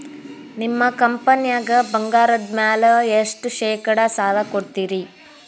ನಿಮ್ಮ ಕಂಪನ್ಯಾಗ ಬಂಗಾರದ ಮ್ಯಾಲೆ ಎಷ್ಟ ಶೇಕಡಾ ಸಾಲ ಕೊಡ್ತಿರಿ?